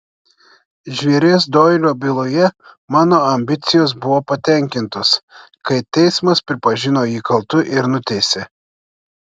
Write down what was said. žvėries doilio byloje mano ambicijos buvo patenkintos kai teismas pripažino jį kaltu ir nuteisė